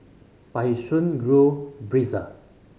but he soon grew brazen